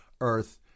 Earth